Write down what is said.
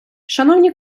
шановні